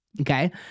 Okay